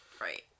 right